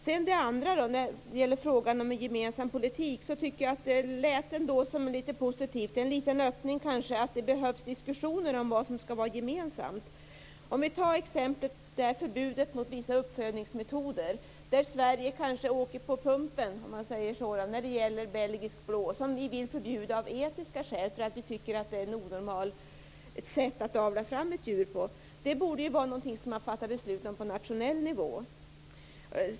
När det gäller frågan om en gemensam politik tyckte jag att det lät positivt, kanske som en liten öppning, att det behövs diskussioner om vad som skall vara gemensamt. Vi kan ta som exempel förbudet mot vissa uppfödningsmetoder, där Sverige kanske åker på pumpen, så att säga, när det gäller belgisk blå. Denna ras vill ju vi förbjuda av etiska skäl, därför att vi tycker att detta är ett onormalt sätt att avla fram ett djur på. Detta borde vara något man fattar beslut om på nationell nivå.